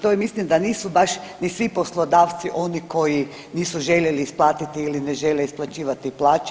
To je mislim da nisu baš ni svi poslodavci oni koji nisu željeli isplatiti ili ne žele isplaćivati plaće.